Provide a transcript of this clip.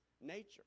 nature